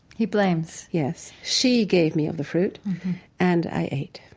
he blames yes. she gave me of the fruit and i ate.